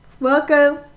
Welcome